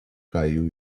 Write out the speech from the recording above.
caiu